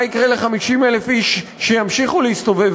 מה יקרה ל-50,000 איש שימשיכו להסתובב